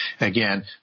Again